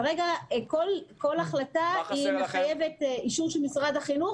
כרגע כל החלטה מחייבת אישור של משרד החינוך